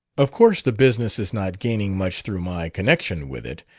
of course the business is not gaining much through my connection with it.